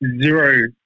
zero